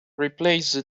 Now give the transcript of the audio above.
replace